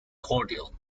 cordial